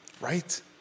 Right